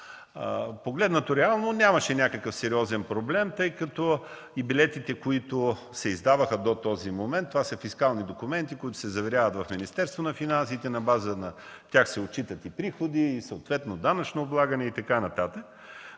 Погледнато реално, нямаше някакъв сериозен проблем, тъй като и билетите, които се издаваха до този момент, са фискални документи, които се заверяват в Министерството на финансите. На база на тях се отчитат приходи и съответно данъчно облагане. В името